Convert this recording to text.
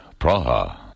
Praha